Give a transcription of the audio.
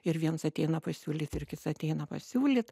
ir viens ateina pasiūlyt ir kits ateina pasiūlyt